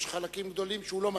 יש חלקים גדולים שהוא לא מסכים.